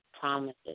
promises